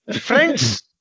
friends